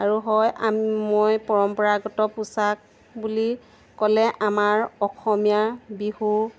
আৰু হয় মই পৰম্পৰাগত পোচাক বুলি ক'লে আমাৰ অসমীয়া বিহু